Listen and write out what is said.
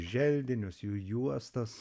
želdinius jų juostas